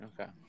okay